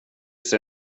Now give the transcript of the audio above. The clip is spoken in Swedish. ser